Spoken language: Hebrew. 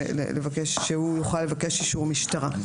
שהוא יוכל לבקש אישור משטרה.